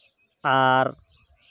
ᱟᱨ